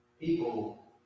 People